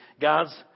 Guys